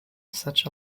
such